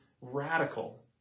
radical